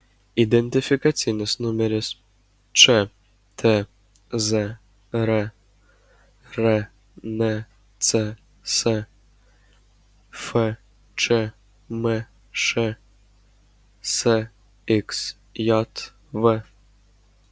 identifikacinis numeris čtzr rncs fčmš sxjv